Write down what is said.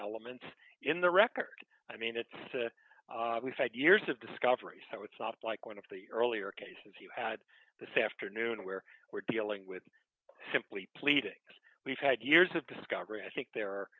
elements in the record i mean it's a we've had years of discovery so it's not like one of the earlier cases you had the same afternoon where we're dealing with simply pleading we've had years of discovery i think the